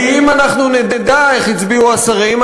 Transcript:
כי אם אנחנו נדע איך הצביעו השרים,